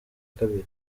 kabiri